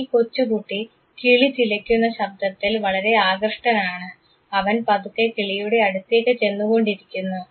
ഈ കൊച്ചു കുട്ടി കിളി ചിലയ്ക്കുന്ന ശബ്ദത്തിൽ വളരെ ആകൃഷ്ടനാണ് അവൻ പതുക്കെ കിളിയുടെ അടുത്തേക്ക് ചെന്നുകൊണ്ടിരിക്കുന്നു